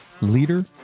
leader